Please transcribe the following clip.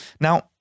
Now